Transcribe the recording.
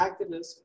activists